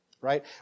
right